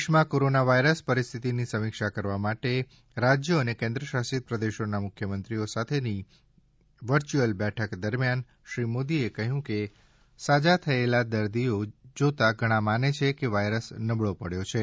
દેશમાં કોરોનાવાયરસ પરિસ્થિતિની સમીક્ષા કરવા માટે રાજ્યો અને કેન્દ્રશાસિત પ્રદેશોના મુખ્યમંત્રીઓ સાથેની વર્ચ્યુઅલ બેઠક દરમિયાન શ્રી મોદીએ કહ્યું કે સાજા થયેલ દર્દીઓ જોતા ઘણા માને છે કે વાયરસ નબળો પડ્યો છે